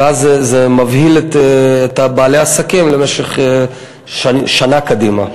וזה מבהיל את בעלי העסקים למשך שנה קדימה,